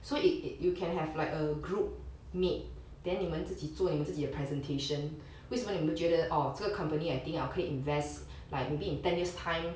so it it you can have like a group mate then 你们自己做你们自己的 presentation 为什么你们哦觉得这个 company 可以 invest like maybe in ten years' time